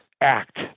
act